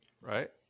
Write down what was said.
right